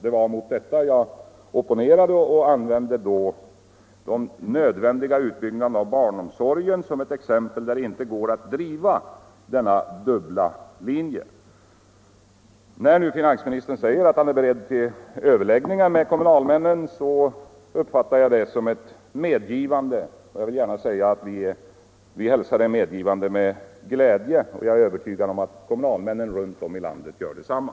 Det var mot detta jag opponerade och som exempel använde den nödvändiga utbyggnaden av barnomsorgen, där det inte går att driva denna dubbla linje. När finansministern säger att han är beredd till överläggningar med kommunalmännen, uppfattar jag det som ett medgivande. Jag vill gärna säga att vi hälsar det medgivandet med glädje, och jag är övertygad om att kommunalmännen ute i landet gör detsamma.